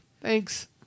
Thanks